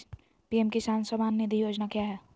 PM किसान सम्मान निधि योजना क्या है?